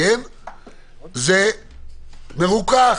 זה מרוכך